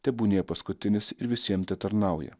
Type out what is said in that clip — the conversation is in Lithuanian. tebūnie paskutinis ir visiem tetarnauja